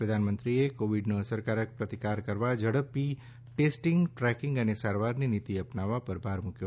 પ્રધાનમંત્રીએ કોવિડનો અસરકારક પ્રતિકાર કરવા ઝડપી ટેસટીંગ ટ્રેકીંગ અને સારવારની નિતી અપનાવવા પર ભાર મુક્યો